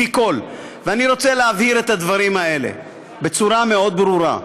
ואני רוצה להבהיר את הדברים האלה בצורה מאוד ברורה.